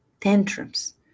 tantrums